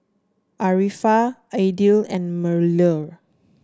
Arifa Aidil and Melur